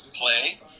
play